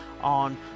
on